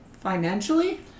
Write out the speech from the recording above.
Financially